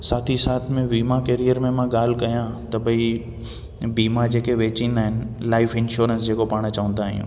साथ ई साथ में वीमा कैरियर में मां ॻाल्हि कयां त भाई बीमा जेके बेचींदा आहिनि लाइफ इंशोरेंस जंहिंखें पाण चवंदा आहियूं